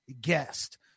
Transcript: guest